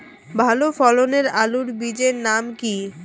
ভালো ফলনের আলুর বীজের নাম কি?